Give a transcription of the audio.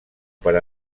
per